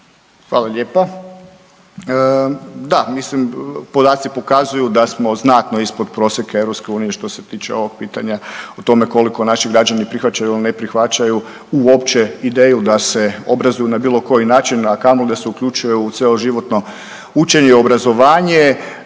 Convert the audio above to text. Hvala lijepa. Da. Mislim podaci pokazuju da smo znatno ispod prosjeka EU što se tiče ovog pitanja o tome koliko naši građani prihvaćaju ili ne prihvaćaju uopće ideju da se obrazuju na bilo koji način, a kamoli da se uključuje u cjeloživotno učenje i obrazovanje.